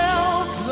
else